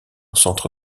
centre